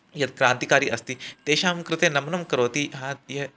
यत् क्रान्तिकारी अस्ति तेषां कृते नमनं करोति हा यः